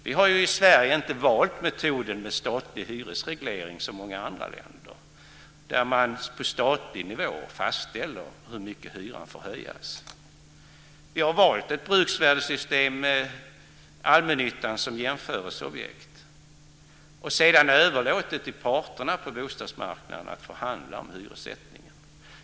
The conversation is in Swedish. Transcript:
Vi i Sverige har ju inte valt metoden med statlig hyresreglering, som man har i många andra länder. Där fastställer man på statlig nivå hur mycket hyran får höjas. Vi har valt ett bruksvärdessystem med allmännyttan som jämförelseobjekt och överlåtit till parterna på bostadsmarknaden att förhandla om hyressättning.